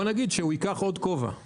בואו נגיד שהוא ייקח עוד כובע.